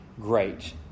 great